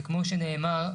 וכמו שנאמר,